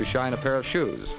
to shine a pair of shoes